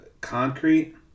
concrete